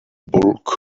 bulk